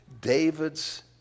David's